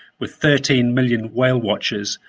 with thirteen million whale-watchers,